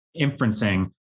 inferencing